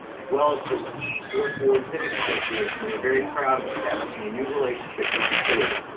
as well as the fourth board civic association, we were very proud of establishing a new relationship going forward.